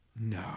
no